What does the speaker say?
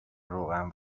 روغن